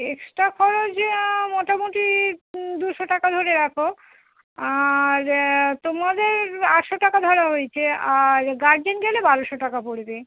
extra খরচে মোটামোটি দুশো টাকা ধরে রাখো আর তোমাদের আটশো টাকা ধরা হয়েছে আর গার্জেন গেলে বারোশো টাকা পড়বে